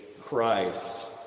Christ